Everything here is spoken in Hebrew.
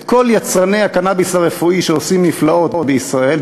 את כל יצרני הקנאביס הרפואי שעושים נפלאות בישראל,